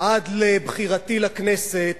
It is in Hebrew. עד לבחירתי לכנסת,